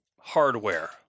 hardware